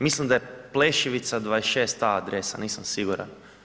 Mislim da je Plešivica 26a adresa, nisam siguran.